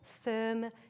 firm